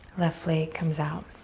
left leg comes out.